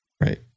Right